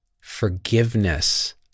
Forgiveness